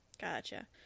Gotcha